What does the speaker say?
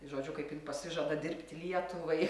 žodžiu kaip jin pasižada dirbti lietuvai